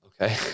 okay